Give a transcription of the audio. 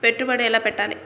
పెట్టుబడి ఎలా పెట్టాలి?